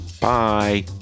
Bye